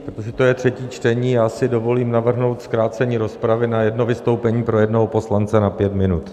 Protože to je třetí čtení, já si dovolím navrhnout zkrácení rozpravy na jedno vystoupení pro jednoho poslance na pět minut.